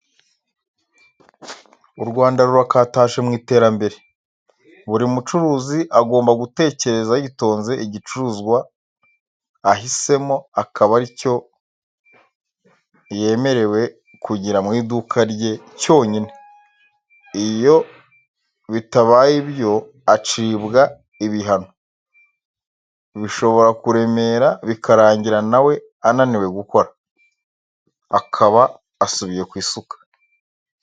U Rwanda rurakataje mu iterambere, buri mucurizi agomba gutekereza yitonze igicuruzwa ahisemo akaba ari cyo yemerewe kugira mu iduka rye cyonyine, iyo bitabaye ibyo acibwa ibihano, bishobora kuremera, bikarangira na we ananiwe gukora, akaba asubiye ku isuka.